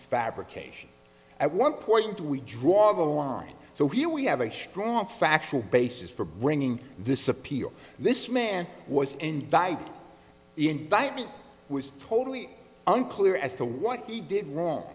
fabrication at one point we draw the line so here we have a strong factual basis for bringing this appeal this man was indicted the indictment was totally unclear as to what he did wrong